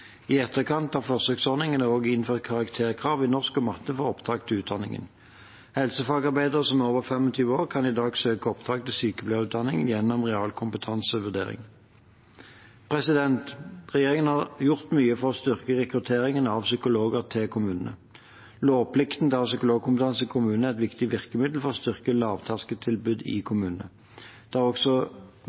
I etterkant av forsøksordningen er det også innført karakterkrav i norsk og matte for opptak til utdanningen. Helsefagarbeidere som er over 25 år, kan i dag søke om opptak til sykepleierutdanningen gjennom realkompetansevurdering. Regjeringen har gjort mye for å styrke rekrutteringen av psykologer til kommunene. Lovplikten til å ha psykologkompetanse i kommunene er et viktig virkemiddel for å styrke lavterskeltilbudet i kommunene. Det har også